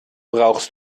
brauchst